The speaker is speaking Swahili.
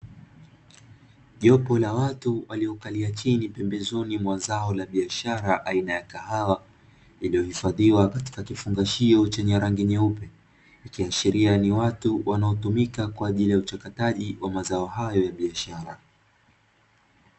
Jopo la watu waliokalia chini pembezoni mwa zao la biashara aina ya kahawa, iliyohifadhiwa katika kifungashio chenye rangi nyeupe. Ikiashiria ni watu wanaotumika kwa ajili ya uchakataji wa mazao hayo ya biashara.